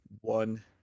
one